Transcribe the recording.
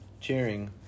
cheering